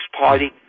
party